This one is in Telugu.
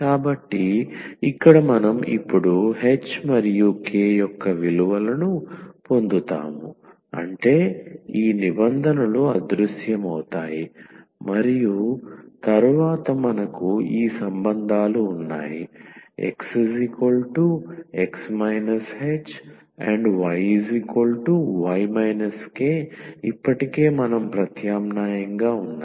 కాబట్టి ఇక్కడ మనం ఇప్పుడు h మరియు k యొక్క విలువలను పొందుతాము అంటే ఈ నిబంధనలు అదృశ్యమవుతాయి మరియు తరువాత మనకు ఈ సంబంధాలు ఉన్నాయి 𝑋 𝑥 ℎ 𝑌 𝑦 𝑘 ఇప్పటికే మనం ప్రత్యామ్నాయంగా ఉన్నాయి